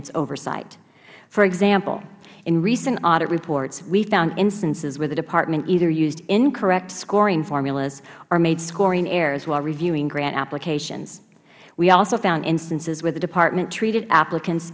its oversight for example in recent audit reports we found instances where the department either used incorrect scoring formulas or made scoring errors while reviewing grant applications we also found instances where the department treated applicants